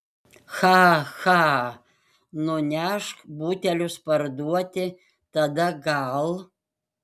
cha cha nunešk butelius parduoti tada gal